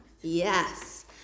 Yes